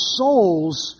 soul's